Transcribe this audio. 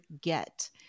get